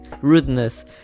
Rudeness